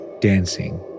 Dancing